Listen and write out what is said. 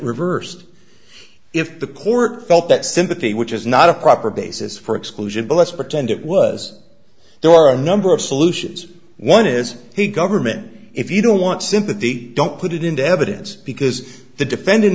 reversed if the court felt that sympathy which is not a proper basis for exclusion bless pretend it was there are a number of solutions one is a government if you don't want sympathy don't put it into evidence because the defend